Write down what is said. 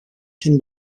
can